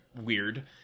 weird